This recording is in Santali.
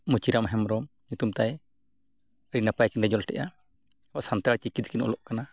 ᱢᱩᱪᱤᱟᱢ ᱦᱮᱢᱵᱽᱨᱚᱢ ᱧᱩᱛᱩᱢ ᱛᱟᱭ ᱟᱹᱰᱤ ᱱᱟᱯᱟᱭ ᱠᱤᱱ ᱮᱫᱟ ᱟᱵᱚ ᱥᱟᱱᱛᱟᱲ ᱪᱤᱠᱤ ᱛᱮᱠᱤᱱ ᱚᱞᱚᱜ ᱠᱟᱱᱟ